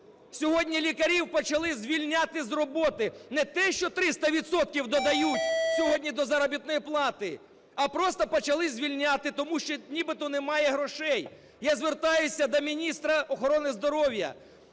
сьогодні лікарів почали звільняти з роботи! Не те, що 300 відсотків додають сьогодні до заробітної плати, а просто почали звільняти, тому що, нібито немає грошей. Я звертаюсь до міністра охорони здоров'я.